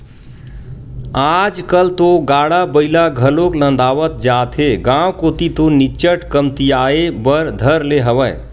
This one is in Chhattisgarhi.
आजकल तो गाड़ा बइला घलोक नंदावत जात हे गांव कोती तो निच्चट कमतियाये बर धर ले हवय